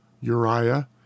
Uriah